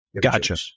Gotcha